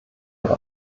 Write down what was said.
ihre